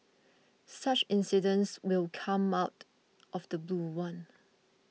such incidents will come out of the blue one